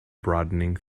broadening